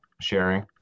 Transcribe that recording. sharing